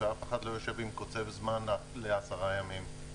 ואף אחד לא יושב עם קוצב זמן לעשרה ימים.